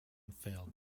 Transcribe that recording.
failed